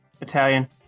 italian